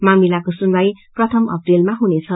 मामिलाको सुनवाई प्रथम अप्रेलमा हुनेछ